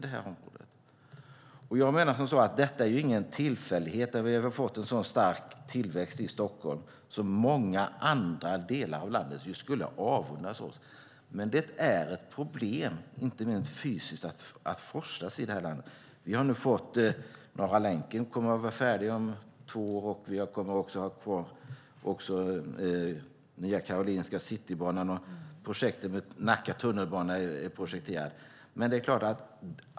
Jag menar att det inte är någon tillfällighet, när vi har fått en så stark tillväxt i Stockholm att många andra delar av landet skulle avundas oss. Men det är ett problem, inte minst fysiskt, att forslas här i landet. Norra länken kommer att vara färdig om två år, och vi kommer också att få Nya Karolinska Solna och Citybanan, och tunnelbana till Nacka är projekterad.